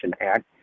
Act